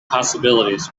possibilities